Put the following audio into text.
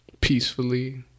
peacefully